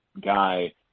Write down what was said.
guy